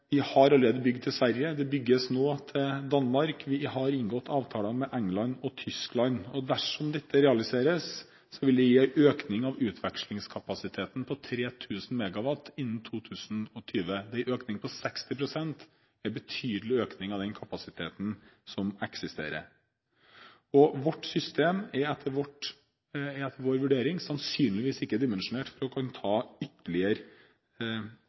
Vi har allerede bygd til Sverige. Det bygges nå til Danmark. Vi har inngått avtaler med England og Tyskland. Dersom dette realiseres, vil det gi en økning av utvekslingskapasiteten på 3 000 MW innen 2020. Det er en økning på 60 pst., en betydelig økning av den kapasiteten som eksisterer. Vårt system er etter vår vurdering sannsynligvis ikke dimensjonert for å kunne ta ytterligere